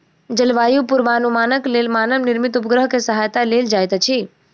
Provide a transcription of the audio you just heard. जलवायु पूर्वानुमानक लेल मानव निर्मित उपग्रह के सहायता लेल जाइत अछि